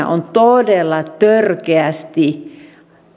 on todella törkeästi